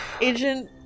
agent